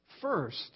First